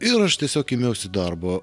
ir aš tiesiog ėmiausi darbo